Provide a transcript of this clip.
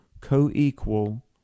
co-equal